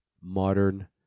modern